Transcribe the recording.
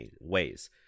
ways